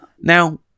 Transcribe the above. now